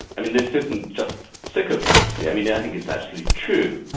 i mean this isn't just sycophancy, i mean yeah i think it's actually true.